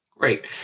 Great